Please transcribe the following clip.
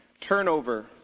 turnover